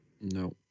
No